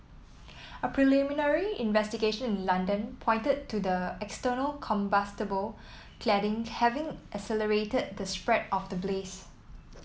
a preliminary investigation in London pointed to the external combustible cladding having accelerated the spread of the blaze